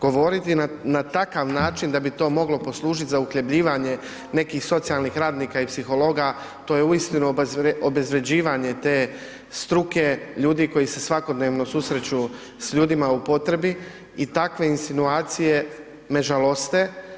Govoriti na takav način da bi to moglo poslužiti za uhljebljivanje nekih socijalnih radnika i psihologa to je uistinu obezvređivanje te struke, ljudi koji se svakodnevno susreću s ljudima u potrebi i takve insinuacije me žaloste.